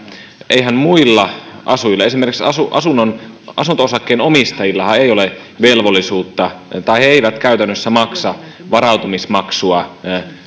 eihän muilla asujilla esimerkiksi asunto osakkeen omistajilla ole velvollisuutta maksaa tai he eivät käytännössä maksa varautumismaksua